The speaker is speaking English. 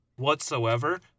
Whatsoever